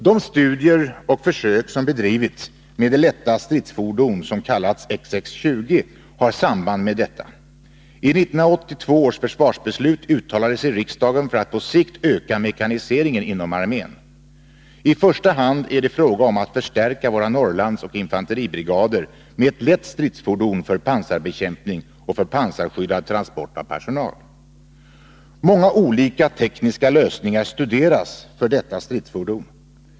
De studier och försök som bedrivs med det lätta stridsfordon som kallats XX 20 har samband med detta. I 1982 års försvarsbeslut uttalade sig 93 riksdagen för att på sikt öka mekaniseringen inom armén. I första hand är det fråga om att förstärka våra Norrlandsoch infanteribrigader med ett lätt stridsfordon för pansarbekämpning och för pansarskyddad transport av personal. Många olika tekniska lösningar studeras för detta stridsfordon.